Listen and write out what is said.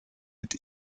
mit